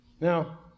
Now